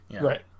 Right